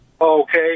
Okay